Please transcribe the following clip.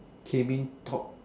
came in top